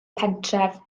pentref